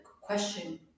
question